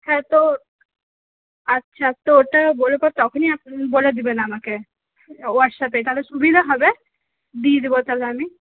হ্যাঁ তো আচ্ছা তো ওটা তখনই বলে দিবেন আমাকে ওয়াটস অ্যাপে তাহলে সুবিধা হবে দিয়ে দিব তাহলে আমি